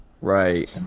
right